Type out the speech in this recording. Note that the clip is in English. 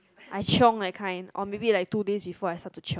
I chiong that kind of maybe like two days before I start to chiong